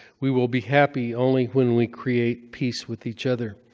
we will be happy only when we create peace with each other.